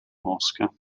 mosca